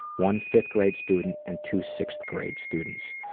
one fifth-grade student, and two sixth-grade students.